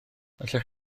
allech